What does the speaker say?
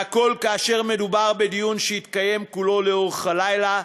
והכול כאשר מדובר בדיון שהתקיים כולו לאורך הלילה,